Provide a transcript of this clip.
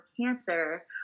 cancer